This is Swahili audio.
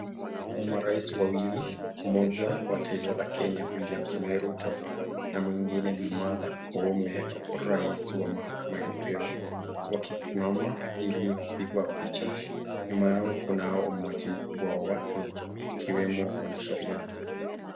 Marais wawili mmoja wa taifa la Kenya Wiliam Samoei Ruto na mwingine bi Martha Koome rais wa mahakama ya upeo wakisimama ili kupigwa picha. Nyuma yao kuna umati mkubwa wa watu ikiwemo wanasheria.